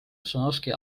ossinovski